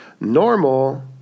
Normal